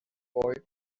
boy